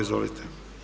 Izvolite.